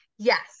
Yes